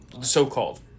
So-called